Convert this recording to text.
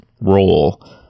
role